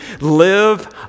live